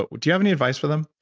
but do you have any advice for them?